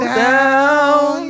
down